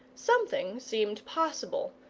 something seemed possible,